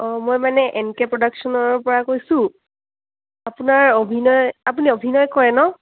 অঁ মই মানে এন কে প্ৰডাকশ্যনৰ পৰা কৈছোঁ আপোনাৰ অভিনয় আপুনি অভিনয় কৰে ন